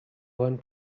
one